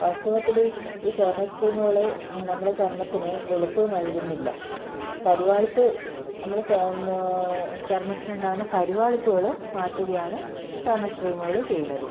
വാസ്തവത്തിൽ ഈ ഫെയർനെസ് ക്രീമുകൾ നമ്മുടെ ചർമ്മത്തിന് വെളുപ്പ് നൽകുന്നില്ല കരുവാളിപ്പ് നമ്മുടെ ചർമ്മത്തിനുണ്ടാകുന്ന കരിവാളിപ്പുകൾ മാറ്റുകയാണ് ഫെയർനെസ് ക്രീമുകൾ ചെയ്യുന്നത്